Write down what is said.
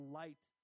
light